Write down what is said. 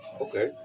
Okay